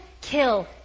kill